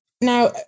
Now